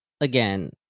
again